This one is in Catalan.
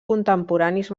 contemporanis